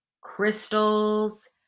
crystals